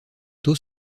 tôt